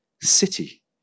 city